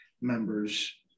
members